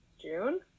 June